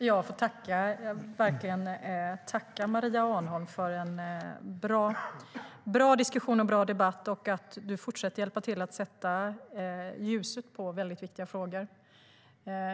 Herr talman! Jag vill verkligen tacka dig, Maria Arnholm, för en bra diskussion och debatt och för att du fortsätter att sätta ljuset på viktiga frågor.